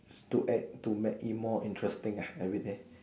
to add to make it more interesting ah everyday